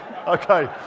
Okay